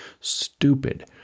Stupid